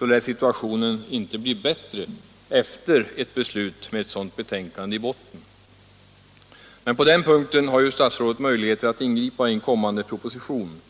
lär situationen inte bli bättre efter ett beslut med ett sådant betänkande i botten. Men på den punkten har ju statsrådet möjligheter att ingripa i den kommande propositionen.